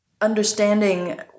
understanding